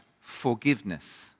forgiveness